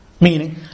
Meaning